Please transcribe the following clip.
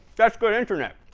that'd good internet.